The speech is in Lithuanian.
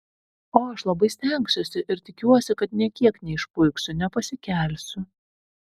o aš labai stengsiuosi ir tikiuosi kad nė kiek neišpuiksiu nepasikelsiu